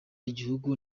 igihugu